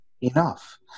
enough